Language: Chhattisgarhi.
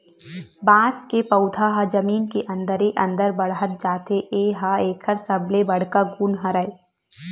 बांस के पउधा ह जमीन के अंदरे अंदर बाड़हत जाथे ए ह एकर सबले बड़का गुन हरय